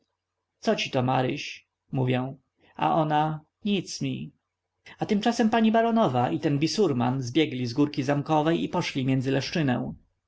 co ci to maryś mówię a ona nic mi a tymczasem pani baronowa i ten bisurman zbiegli z górki zamkowej i poszli między leszczynę